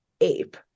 ape